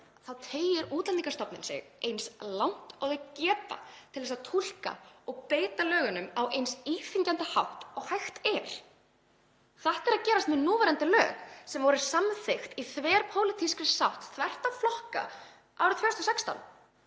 þá teygir Útlendingastofnun sig eins langt og hún getur til að túlka og beita lögunum á eins íþyngjandi hátt og hægt er. Þetta er að gerast með núverandi lög sem voru samþykkt í þverpólitískri sátt þvert á flokka árið 2016.